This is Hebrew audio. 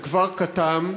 זה כפר קטן,